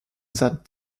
that